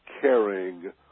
caring